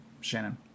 Shannon